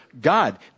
God